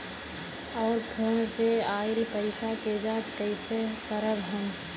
और फोन से आईल पैसा के जांच कैसे करब हम?